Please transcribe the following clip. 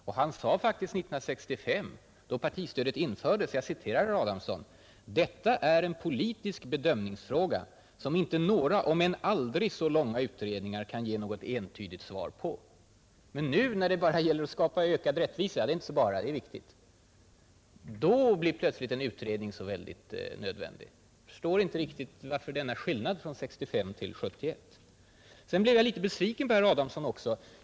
Han sade faktiskt 1965, då partistödet infördes: ”Detta är en politisk bedömningsfråga, som inte några om än aldrig så långa utredningar kan ge något entydigt svar på.” Men nu när det gäller att skapa ökad rättvisa blir plötsligt en utredning så väldigt nödvändig. Jag förstår inte denna skillnad från 1965 till 1971. Sedan blev jag också litet besviken på herr Adamsson.